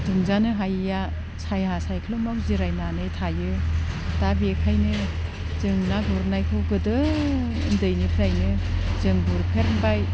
दुंजानो हायिया साया सायख्लुमाव जिरायनानै थायो दा बेखायनो जों ना गुरनायखो गोदो उन्दैनिफ्रायनो जों गुरफेरबाय